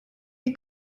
bir